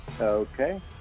Okay